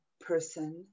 person